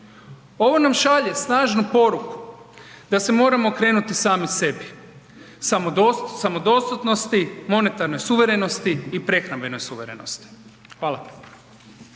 Ovo nam šalje snažnu poruku da se moramo okrenuti samo sebi, samodostatnosti, monetarnoj suverenosti i prehrambenoj suverenosti. Hvala.